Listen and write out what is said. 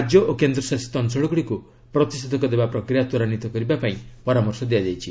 ରାଜ୍ୟ ଓ କେନ୍ଦ୍ରଶାସିତ ଅଞ୍ଚଳଗୁଡ଼ିକୁ ପ୍ରତିଷେଧକ ଦେବା ପ୍ରକ୍ରିୟା ତ୍ୱରାନ୍ୱିତ କରିବାକୁ ପରାମର୍ଶ ଦିଆଯାଇଛି